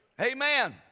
Amen